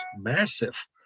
massive